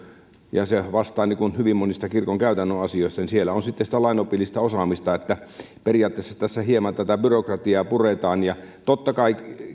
niin se vastaa hyvin monista kirkon käytännön asioista ja siellä on sitten sitä lainopillista osaamista periaatteessa tässä hieman tätä byrokratiaa puretaan totta kai